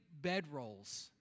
bedrolls